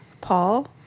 Paul